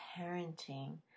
parenting